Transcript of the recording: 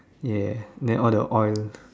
ya then all the oil